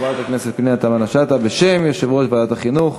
חברת הכנסת פנינה תמנו-שטה בשם יושב-ראש ועדת החינוך,